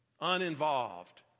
uninvolved